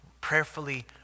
prayerfully